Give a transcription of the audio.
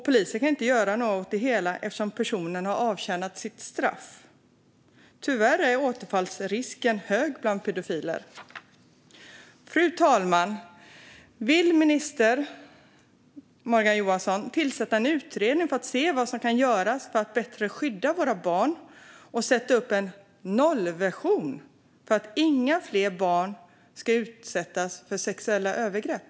Polisen kan inte göra något åt det hela eftersom personen har avtjänat sitt straff. Tyvärr är återfallsrisken hög bland pedofiler. Fru talman! Vill minister Morgan Johansson tillsätta en utredning för att se vad som kan göras för att bättre skydda våra barn och sätta upp en nollvision för att inga fler barn ska utsättas för sexuella övergrepp?